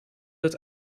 het